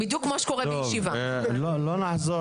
אני חושב שזה